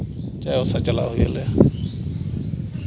ᱪᱟᱭᱵᱟᱥᱟ ᱪᱟᱞᱟᱣ ᱦᱩᱭ ᱟᱞᱮᱭᱟ